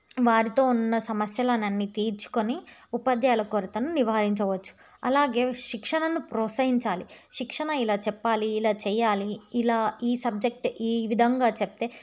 వారితో ఉన్న సమస్యలన్నీ తీర్చుకొని ఉపాధ్యాయుల కొరతను నివారించవచ్చు అలాగే శిక్షణను ప్రోత్సహించాలి శిక్షణ ఇలా చెప్పాలి ఇలా చేయాలి ఇలా ఈ సబ్జెక్ట్ ఈ విధంగా చెప్తే